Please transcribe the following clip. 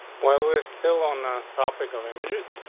while we're still on the topic of him, and